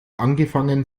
angefangen